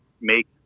make